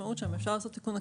אפשר לעשות תיקון עקיף,